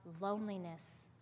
loneliness